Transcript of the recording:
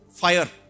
fire